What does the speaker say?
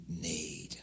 need